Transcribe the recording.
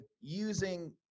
using